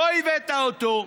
לא הבאת אותו.